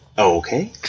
Okay